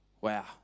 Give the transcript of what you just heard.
Wow